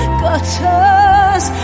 gutters